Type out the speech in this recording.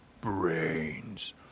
brains